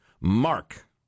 Mark